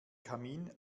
kamin